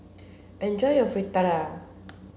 enjoy your Fritada